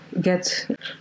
get